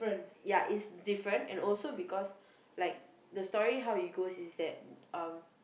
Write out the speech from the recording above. ya it's different and also because like the story how it goes is that uh